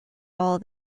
all